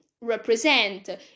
represent